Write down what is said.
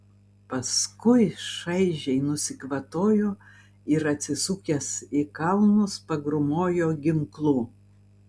paskui šaižiai nusikvatojo ir atsisukęs į kalnus pagrūmojo ginklu